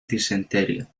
disentería